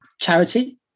charity